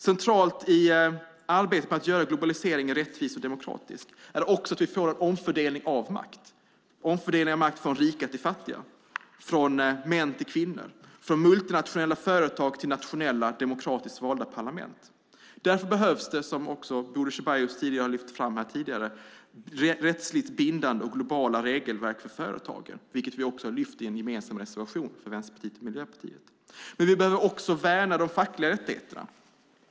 Centralt i arbetet med att göra globaliseringen rättvis och demokratisk är också vi får en omfördelning av makt, från rika till fattiga, från män till kvinnor, från multinationella företag till nationella, demokratiskt valda parlament. Därför behövs det, som Bodil Ceballos också lyfte fram tidigare, rättsligt bindande och globala regelverk för företag. Det har vi också tagit upp i en gemensam reservation från Vänsterpartiet och Miljöpartiet. Vi behöver också värna de fackliga rättigheterna.